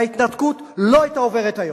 ההתנתקות לא היתה עוברת היום.